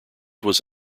was